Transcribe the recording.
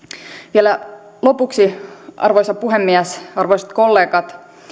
vielä lopuksi arvoisa puhemies arvoisat kollegat